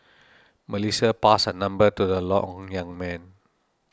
Melissa passed her number to the long young man